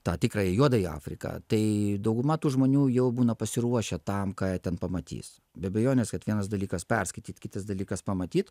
tą tikrąją juodąją afriką tai dauguma tų žmonių jau būna pasiruošę tam ką jie ten pamatys be abejonės kad vienas dalykas perskaityt kitas dalykas pamatyt